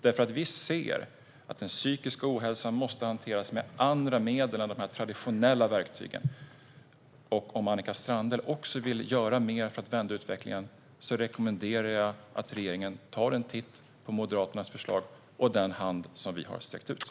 Vi ser nämligen att den psykiska ohälsan måste hanteras med andra medel än de traditionella verktygen. Om Annika Strandhäll också vill göra mer för att vända utvecklingen rekommenderar jag regeringen att ta en titt på Moderaternas förslag och den hand som vi har sträckt ut.